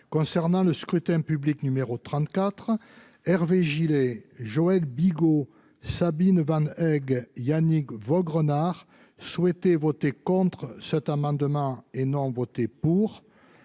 concernant le scrutin public numéro 34 Hervé et Joël Bigot Sabine Van Gogh Yannick Vaugrenard souhaité voter contre cet amendement énorme voté pour